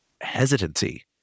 hesitancy